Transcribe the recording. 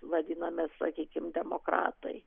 vadinamės sakykim demokratai